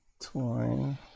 Twine